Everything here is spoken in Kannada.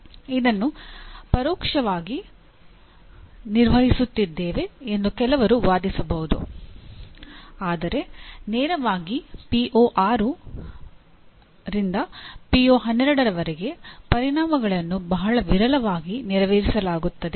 ಇದನ್ನು ಪರೋಕ್ಷಕವಾಗಿ ನಿರ್ವಹಿಸುತ್ತಿದ್ದೇವೆ ಎಂದು ಕೆಲವರು ವಾದಿಸಬಹುದು ಆದರೆ ನೇರವಾಗಿ ಪಿಒ6 ಪರಿಣಾಮಗಳನ್ನು ಬಹಳ ವಿರಳವಾಗಿ ನೆರವೇರಿಸಲಾಗುತ್ತದೆ